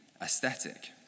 aesthetic